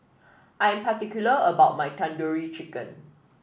I am particular about my Tandoori Chicken